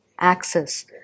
axis